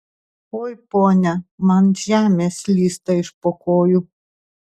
oi ponia man žemė slysta iš po kojų